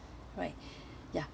right ya